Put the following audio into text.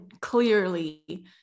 clearly